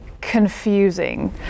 confusing